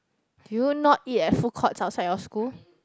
do you not eat at food courts outside your school